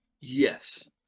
Yes